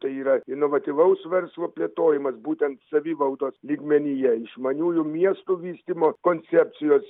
tai yra inovatyvaus verslo plėtojimas būtent savivaldos lygmenyje išmaniųjų miestų vystymo koncepcijos